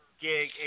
gig